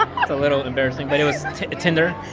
a little embarrassing, but it was tinder